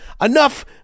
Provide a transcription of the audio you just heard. enough